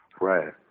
Right